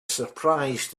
surprise